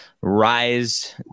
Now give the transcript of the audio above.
rise